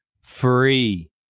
free